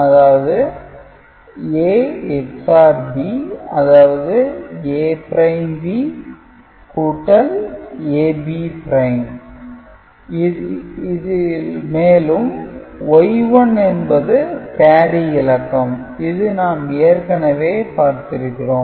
அதாவது A XOR B அதாவது A'B AB' மேலும் Y1 என்பது கேரி இலக்கம் இது நாம் ஏற்கனவே பார்த்திருக்கிறோம்